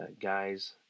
guys